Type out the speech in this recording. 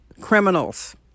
criminals